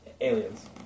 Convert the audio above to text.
aliens